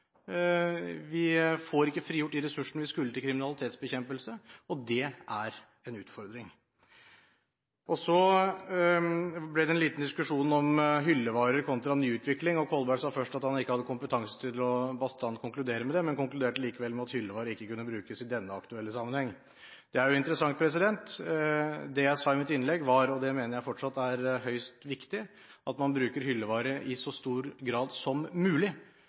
Vi får ikke frigjort de ressursene vi skulle til kriminalitetsbekjempelse – og det er en utfordring. Så ble det en liten diskusjon om hyllevarer kontra ny utvikling. Representanten Kolberg sa først at han ikke hadde kompetanse til å konkludere bastant, men han konkluderte likevel med at hyllevarer ikke kunne brukes i denne aktuelle sammenhengen. Det er jo interessant. Det jeg sa i mitt innlegg – og det mener jeg fortsatt er høyst viktig – er at man bruker hyllevarer i så stor grad som mulig.